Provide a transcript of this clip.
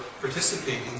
participating